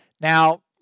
now